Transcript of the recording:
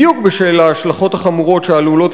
בדיוק בשל ההשלכות החמורות שעלולות